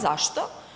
Zašto?